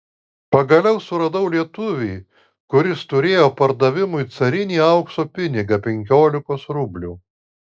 pagaliau suradau lietuvį kuris turėjo pardavimui carinį aukso pinigą penkiolikos rublių